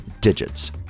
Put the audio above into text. digits